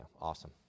awesome